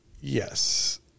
Yes